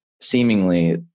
Seemingly